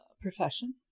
profession